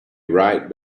right